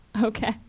Okay